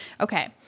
Okay